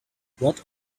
what